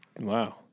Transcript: Wow